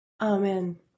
Amen